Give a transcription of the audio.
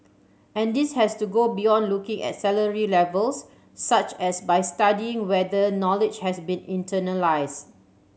and this has to go beyond looking at salary levels such as by studying whether knowledge has been internalised